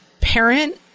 parent